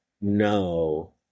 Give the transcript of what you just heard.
no